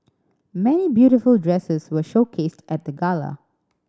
many beautiful dresses were showcased at the gala